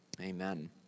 Amen